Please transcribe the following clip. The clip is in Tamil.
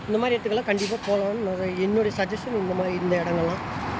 இந்த மாதிரி இடத்துக்குலாம் கண்டிப்பாக போகலாம்னு நிறைய என்னுடைய சஜஷன் இந்த மாதிரி இந்த இடங்கள்லாம்